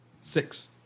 Six